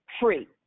free